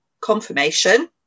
confirmation